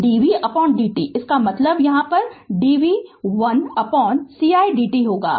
तो dvdt इसका मतलब हैयहाँ DV 1cidt होगा